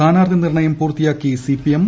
സ്ഥാനാർത്ഥി നിർണ്ണയം പൂർത്തിയാക്കി സിപിഎം